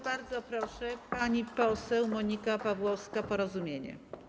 Bardzo proszę, pani poseł Monika Pawłowska, Porozumienie.